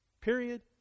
period